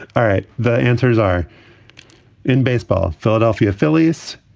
all right. the answers are in baseball. philadelphia phillies,